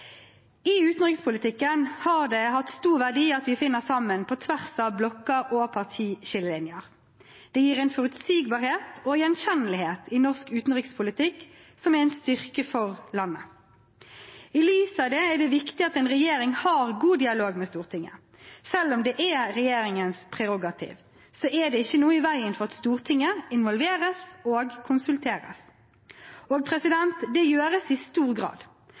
I utenrikspolitikken har det hatt stor verdi at vi finner sammen på tvers av blokker og partiskillelinjer. Det gir en forutsigbarhet og gjenkjennelighet i norsk utenrikspolitikk som er en styrke for landet. I lys av det er det viktig at en regjering har god dialog med Stortinget. Selv om det er regjeringens prerogativ, er det ikke noe i veien for at Stortinget involveres og konsulteres. Det gjøres i stor grad.